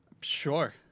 Sure